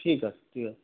ঠিক আছে ঠিক আছে